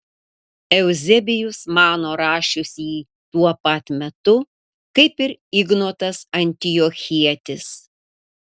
euzebijus mano rašius jį tuo pat metu kaip ir ignotas antiochietis